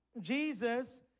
Jesus